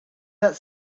that